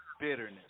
bitterness